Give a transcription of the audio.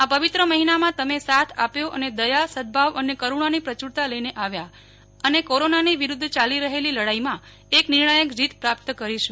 આ પવિત્ર મહિનામાં તમે સાથ આપ્યો અને દયા સદભાવ અને કરુણાની પ્રચૂરતા લઈને આવ્યા અને કોરોનાની વિરુધ્ધ ચાલી રહેલી લડાઈમાં એક નિર્ણાયક જીત પ્રાપ્ત કરીશું